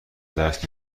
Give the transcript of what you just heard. درس